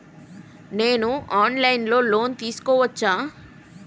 నేను online లో loan తీసుకోవచ్చా?